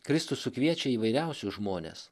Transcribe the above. kristus sukviečia įvairiausius žmones